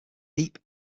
deep